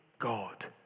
God